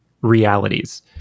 realities